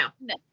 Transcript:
No